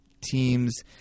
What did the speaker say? teams